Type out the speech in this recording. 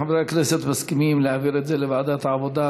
חברי הכנסת מסכימים להעביר את זה לוועדת העבודה,